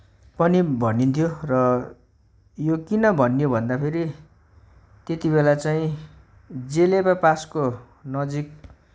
पनि भनिन्थ्यो र यो किन भनियो भन्दाखेरि त्यतिबेला चाहिँ जिलेबा पासको नजिक